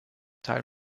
teil